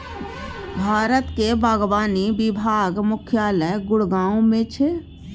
भारतक बागवानी विभाग मुख्यालय गुड़गॉव मे छै